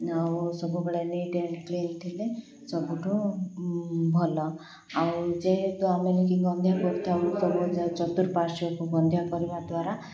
ଆଉ ସବୁବେଳେ neat and clean ଥିଲେ ସବୁଠୁ ଭଲ ଆଉ ଯେହେତୁ ଆମେକି ଗନ୍ଧିଆ କରିଥାଉ ସବୁ ଯ ଚତୁର୍ପାର୍ଶ୍ୱକୁ ଗନ୍ଧିଆ କରିବା ଦ୍ୱାରା